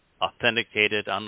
authenticated